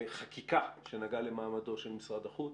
חקיקה שנגעה למעמדו של משרד החוץ,